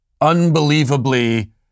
Unbelievably